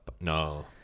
No